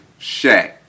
Shaq